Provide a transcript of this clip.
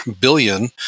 billion